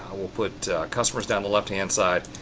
we'll put customers down the left-hand side,